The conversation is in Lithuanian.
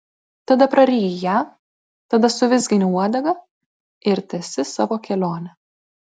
tada praryji ją tada suvizgini uodega ir tęsi savo kelionę